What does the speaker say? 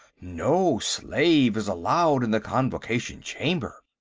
no slave is allowed in the convocation chamber.